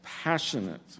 passionate